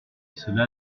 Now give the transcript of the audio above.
cela